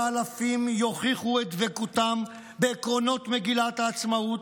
מאות האלפים יוכיחו את דבקותם בעקרונות מגילת העצמאות,